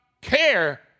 care